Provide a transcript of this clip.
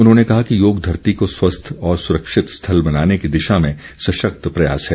उन्होंने कहा कि योग धरती को स्वस्थ और सुरक्षित स्थल बनाने की दिशा में सशक्त प्रयास है